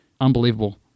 Unbelievable